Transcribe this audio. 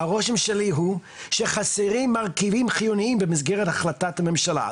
הרושם שלי הוא שחסרים מרכיבים חיוניים במסגרת החלטת הממשלה.